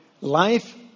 life